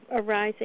arising